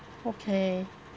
okay